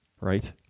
right